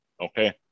Okay